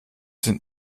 sind